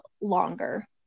longer